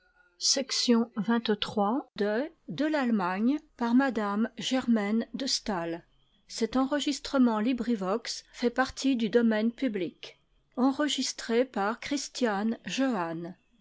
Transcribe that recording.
de m de